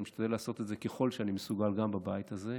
ואני משתדל לעשות את זה ככל שאני מסוגל גם בבית הזה,